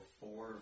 four